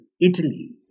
Italy